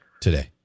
today